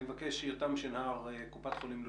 אני מבקש את יותם שנהר מקופת חולים לאומית.